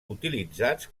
utilitzats